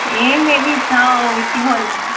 एह् मेरी हा अ'ऊं विक्की बोला ना